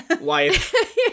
wife